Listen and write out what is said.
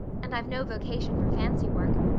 and i've no vocation for fancy work.